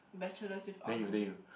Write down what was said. bachelors with honors